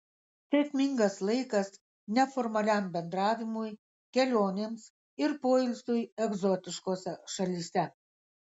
sėkmingas laikas neformaliam bendravimui kelionėms ir poilsiui egzotiškose šalyse